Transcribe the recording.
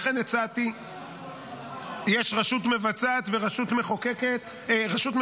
לכן הצעתי, יש רשות מבצעת ורשות שופטת